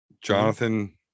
Jonathan